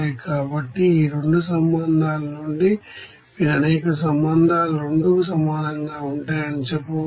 కాబట్టి ఈ 2 సంబంధాల నుండి మీరు అనేక సంబంధాలు 2 కు సమానంగా ఉంటాయని చెప్పవచ్చు